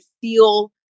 feel